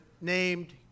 named